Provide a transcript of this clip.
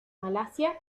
malasia